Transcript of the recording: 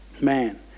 Man